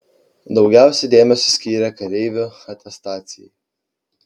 daugiausiai dėmesio skyrė kareivių atestacijai